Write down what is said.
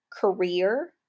career